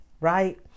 Right